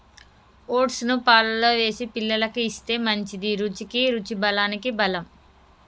oats ను పాలల్లో వేసి పిల్లలకు ఇస్తే మంచిది, రుచికి రుచి బలానికి బలం